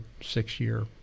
six-year